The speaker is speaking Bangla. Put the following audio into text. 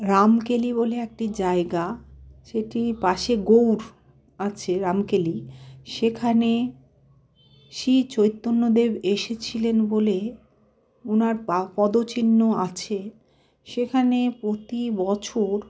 রামকেলি বলে একটি জায়গা সেটির পাশে গৌড় আছে রামকেলি সেখানে শ্রী চৈতন্যদেব এসেছিলেন বলে ওনার পা পদচিহ্ন আছে সেখানে প্রতি বছর